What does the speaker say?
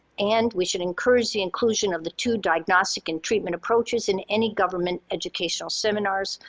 and we should encourage the inclusion of the two diagnostic and treatment approaches in any government educational seminars,